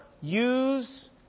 use